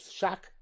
shock